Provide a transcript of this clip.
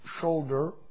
shoulder